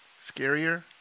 scarier